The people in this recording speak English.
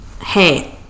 hey